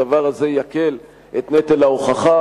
הדבר הזה יקל את נטל ההוכחה,